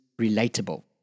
relatable